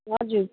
हजुर